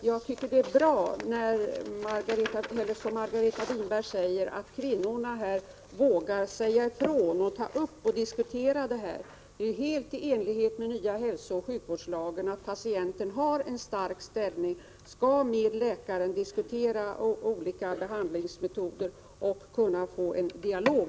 Jag tycker att det är bra att, som Margareta Winberg säger, kvinnorna vågar säga ifrån och diskutera dessa problem. Det är helt i enlighet med den nya hälsooch sjukvårdslagen att patienten har en stark ställning och med läkaren kan diskutera olika behandlingsmetoder för att på så sätt få en dialog.